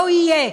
לא יהיה.